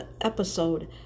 episode